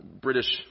British